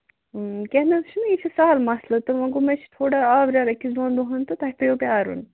کیٚنٛہہ نہَ حظ چھُنہٕ یہِ چھُ سَہل مَسلہٕ تہٕ وۅں گوٚو مےٚ چھُ تھوڑا آوریر أکِس دۅن دۄہَن تہٕ تۄہہِ پٮ۪وٕ پیٛارُن